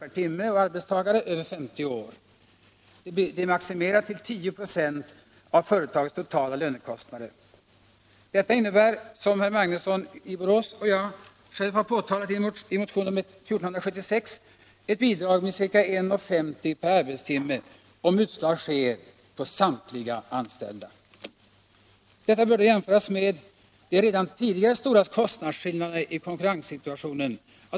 per timme för arbetstagare över 50 år. Det är maximerat till 10 96 av företagets totala lönekostnader. Detta innebär, som herr Magnusson i Borås och jag har påtalat i motionen 1476, ett bidrag med ca 1:50 kr. per arbetstimme om utslag sker på samtliga anställda. Detta bör då jämföras med de redan tidigare stora kostnadsskillnaderna i konkurrenssituationen.